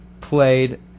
played